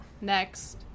next